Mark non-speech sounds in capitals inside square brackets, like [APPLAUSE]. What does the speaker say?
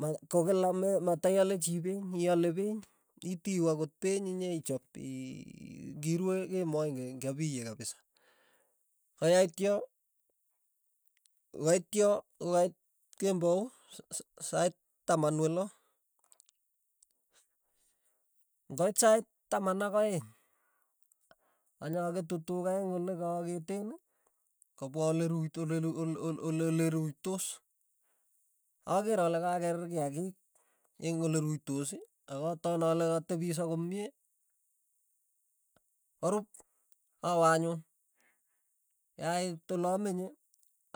Ma ko kila me mataiale chii peny iale peny, itiu akot peny inyaichap ii ng'irue kemoi ing'en kyapie kapisa, ko yaitya kokait kembou sait taman welo, ng'oit sait taman akaeng' anyaketu tuka eng' olekaaketen kopwa oleruito [UNINTELLIGIBLE] ole ruitos, aker ale kakeer kiakiiik eng' ole ruitos akataan ale katepiso komie, korup awe anyun, yait olamenye